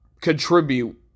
contribute